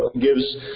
gives